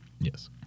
Yes